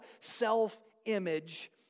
self-image